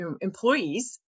employees